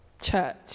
church